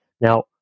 Now